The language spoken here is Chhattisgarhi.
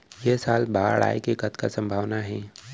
ऐ साल बाढ़ आय के कतका संभावना हे?